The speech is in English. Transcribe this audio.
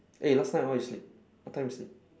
eh last night what you sleep what time you sleep